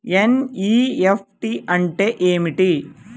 NEFT అంటే ఏమిటీ?